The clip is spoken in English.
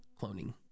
cloning